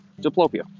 diplopia